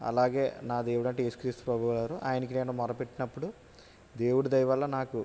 అలాగే నా దేవుడు అంటే యేసు క్రీస్తు ప్రభువారు ఆయనకి నేను మొరపెట్టునప్పుడు నాకు దేవుడి దయవల్ల నాకు